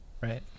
right